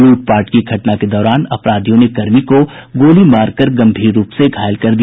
लूटपाट की घटना के दौरान अपराधियों ने कर्मी को गोली मारकर गंभीर रूप से घायल कर दिया